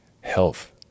health